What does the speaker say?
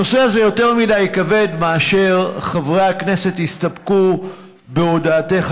הנושא הזה יותר כבד מכדי שחברי הכנסת יסתפקו בהודעתך,